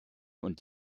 und